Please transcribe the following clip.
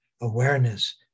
Awareness